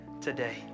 today